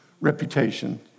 Reputation